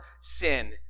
sin